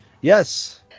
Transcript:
Yes